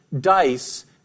dice